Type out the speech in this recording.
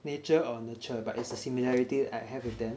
nature or nurture but it's a similarity I have with them